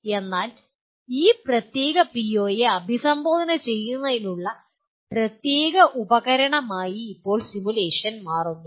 അതിനാൽ ഈ പ്രത്യേക പിഒയെ അഭിസംബോധന ചെയ്യുന്നതിനുള്ള ഒരു പ്രധാന ഉപകരണമായി ഇപ്പോൾ സിമുലേഷൻ മാറുന്നു